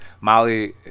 Molly